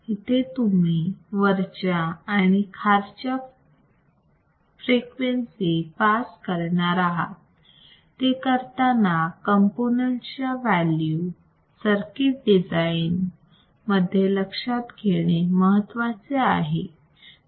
इथे तुम्ही वरच्या आणि खालच्या फ्रिक्वेन्सी पास करणार आहात ते करताना कंपोनेंत्स च्या व्हॅल्यू सर्किट डिझाईन मध्ये लक्षात घेणे महत्त्वाचे आहे